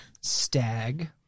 stag